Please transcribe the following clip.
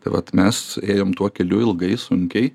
tai vat mes ėjom tuo keliu ilgai sunkiai